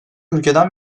ülkeden